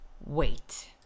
wait